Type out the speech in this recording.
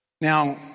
Now